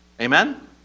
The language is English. Amen